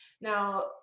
now